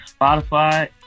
Spotify